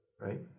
right